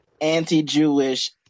anti-jewish